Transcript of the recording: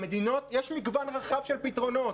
יש מגוון רחב של פתרונות.